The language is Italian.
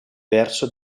verso